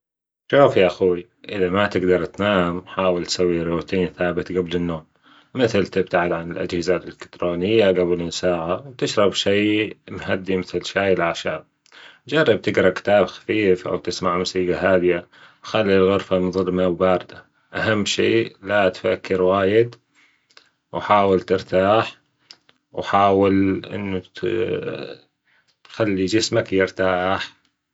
شوف يا أخوي إذا ما تقدر تنام حاول تسوى روتين ثابت قبل النوم مثل تبتعد عن الأجهزة الألكتورنية جبل بساعة وتشرب شي مهدي مثل شاي الأعشاب جربتجر كتاب خفيف أو تسمع موسيقى هادئة خلي الغرفة مظلمة وباردة أهد شي لا تفكر وايد وحاول ترتاح وحاول أنو تخلي جسمك يرتاح.